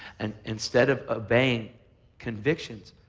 and instead of obeying convictions,